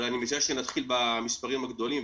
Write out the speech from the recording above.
אבל אני מציע שנתחיל במספרים הגדולים,